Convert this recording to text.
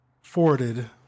forwarded